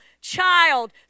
Child